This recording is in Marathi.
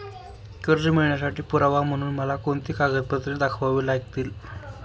कर्ज मिळवण्यासाठी पुरावा म्हणून मला कोणती कागदपत्रे दाखवावी लागतील?